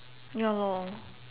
ya lor